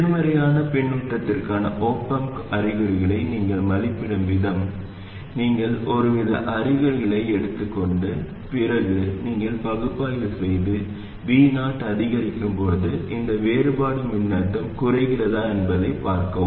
எதிர்மறையான பின்னூட்டத்திற்கான op amp அறிகுறிகளை நீங்கள் மதிப்பிடும் விதம் நீங்கள் ஒருவித அறிகுறிகளை எடுத்துக் கொண்டு பிறகு நீங்கள் பகுப்பாய்வு செய்து Vo அதிகரிக்கும் போது இந்த வேறுபாடு மின்னழுத்தம் குறைகிறதா என்பதைப் பார்க்கவும்